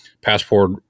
Passport